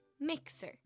mixer